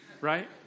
right